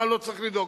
מה לא צריך לדאוג.